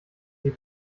sie